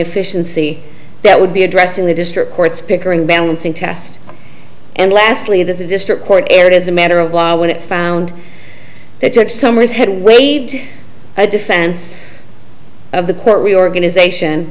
efficiency that would be addressed in the district court's pickering balancing test and lastly that the district court erred as a matter of law when it found that judge summers had waived a defense of the court reorganization